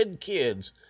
kids